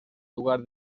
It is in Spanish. lugar